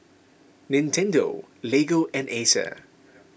Nintendo Lego and Acer